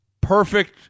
perfect